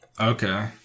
Okay